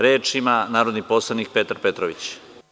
Reč ima narodni poslanik Petar Petrović.